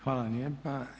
Hvala lijepa.